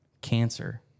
cancer